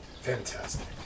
Fantastic